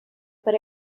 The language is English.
but